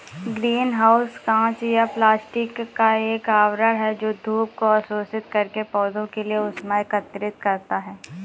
green house कांच या plastic का एक आवरण है जो धूप को अवशोषित करके पौधों के लिए ऊष्मा एकत्रित करता है